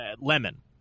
Lemon